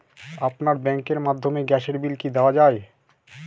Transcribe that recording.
আপনার ব্যাংকের মাধ্যমে গ্যাসের বিল কি দেওয়া য়ায়?